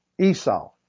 Esau